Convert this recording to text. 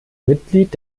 mitglied